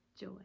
joy